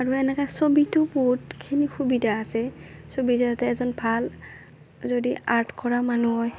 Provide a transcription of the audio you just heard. আৰু এনেকুৱা ছবিতো বহুতখিনি সুবিধা আছে ছবি যে এটা এজন ভাল যদি আৰ্ট কৰা মানুহ হয়